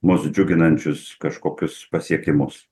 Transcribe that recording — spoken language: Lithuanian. mus džiuginančius kažkokius pasiekimus